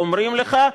אומרים לך,